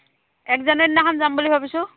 এক জানুৱাৰী দিনাখন যাম বুলি ভাবিছোঁ